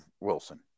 Wilson